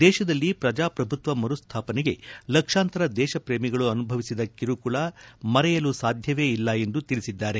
ದೇಶದಲ್ಲಿ ಪ್ರಜಾಪ್ರಭುತ್ವ ಮರುಸ್ಥಾಪನೆಗೆ ಲಕ್ಷಾಂತರ ದೇಶ ಪ್ರೇಮಿಗಳು ಅನುಭವಿಸಿದ ಕಿರುಕುಳ ಮರೆಯಲು ಸಾಧ್ಯವೇ ಇಲ್ಲ ಎಂದು ತಿಳಿಸಿದ್ದಾರೆ